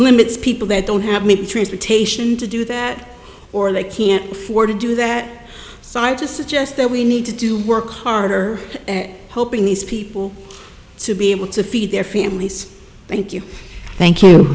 limits people that don't have transportation to do that or they can't afford to do that so i just suggest that we need to do work harder hoping these people to be able to feed their families thank you thank you